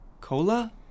Cola